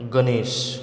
Ganesh